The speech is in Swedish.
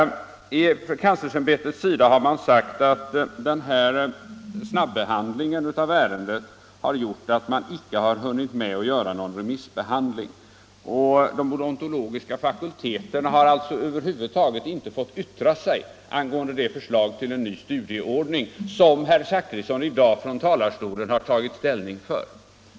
Universitetskanslersämbetet har sagt att snabbehandlingen av ärendet har gjort att man inte har hunnit med någon remissbehandling, och de odontologiska fakulteterna har över huvud taget inte fått yttra sig angående det förslag till ny studieordning som herr Zachrisson från denna talarstol har tagit ställning för.